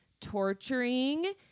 torturing